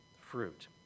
fruit